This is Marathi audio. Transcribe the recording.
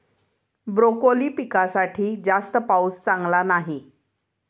ब्रोकोली पिकासाठी जास्त पाऊस चांगला नाही